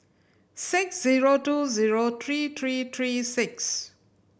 six zero two zero three three three six